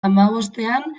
hamabostean